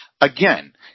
again